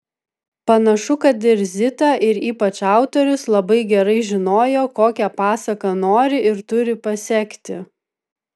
panašu kad ir zita ir ypač autorius labai gerai žinojo kokią pasaką nori ir turi pasekti